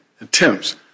attempts